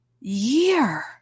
year